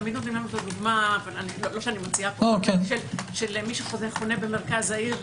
ותמיד נותנים לנו את הדוגמה של מי שחונה במרכז העיר,